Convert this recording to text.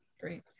great